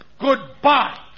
Goodbye